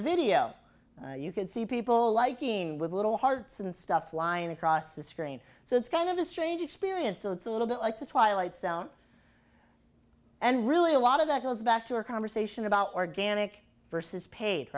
the video you can see people liking with little hearts and stuff flying across the screen so it's kind of a strange experience so it's a little bit like the twilight zone and really a lot of that goes back to a conversation about organic versus paid